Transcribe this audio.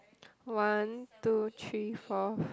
one two three four